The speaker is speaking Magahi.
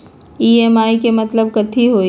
ई.एम.आई के मतलब कथी होई?